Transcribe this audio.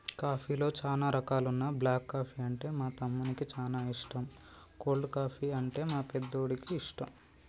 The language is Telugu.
కాఫీలో చానా రకాలున్న బ్లాక్ కాఫీ అంటే మా తమ్మునికి చానా ఇష్టం, కోల్డ్ కాఫీ, అంటే మా పెద్దోడికి ఇష్టం